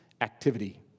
activity